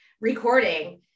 recording